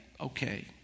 Okay